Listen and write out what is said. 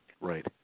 Right